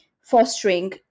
fostering